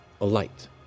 alight